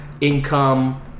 income